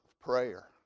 prayer